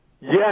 yes